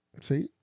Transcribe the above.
See